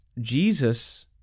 Jesus